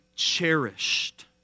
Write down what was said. Cherished